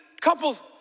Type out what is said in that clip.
couples